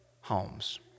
homes